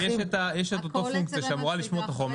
אבל יש את אותה פונקציה שאמורה לשמור את החומר.